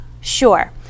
sure